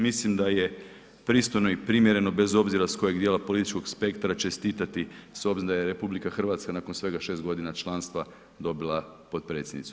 Mislim da je pristojno i primjereno bez obzira s kojeg djela političkog spektra čestitati s obzirom da je RH nakon svega 6 godina članstva dobila potpredsjednicu.